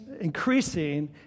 increasing